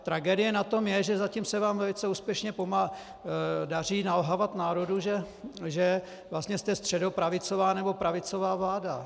Tragédie na tom je, že zatím se vám velice úspěšně daří nalhávat národu, že vlastně jste středopravicová nebo pravicová vláda.